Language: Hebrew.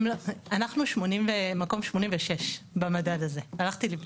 אנחנו במקום 86 במדד הזה, הלכתי ובדקתי.